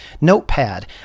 Notepad